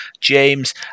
James